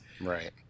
Right